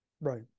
Right